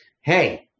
hey